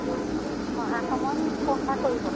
অঁ অহা সময়ত ফোন এটা কৰিব